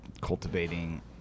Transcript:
cultivating